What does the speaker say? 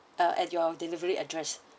uh at your delivery address